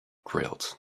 grilled